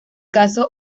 caso